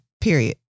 Period